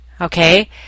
Okay